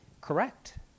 correct